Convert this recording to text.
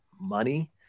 money